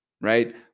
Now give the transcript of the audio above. right